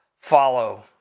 follow